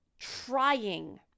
trying